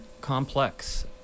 complex